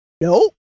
Nope